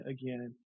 again